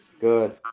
Good